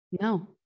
no